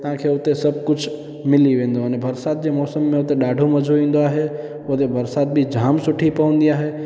तव्हां खे उते सभु कुझु मिली वेंदो बरसाति जे मौसम में उते ॾाढो मज़ो ईंदो आहे उते बरसाति बि जाम सुठी पवंदी आहे